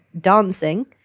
dancing